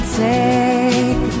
take